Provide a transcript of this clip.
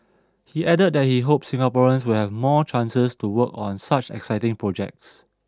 he added that he hopes Singaporeans will have more chances to work on such exciting projects